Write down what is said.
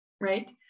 right